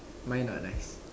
mine not nice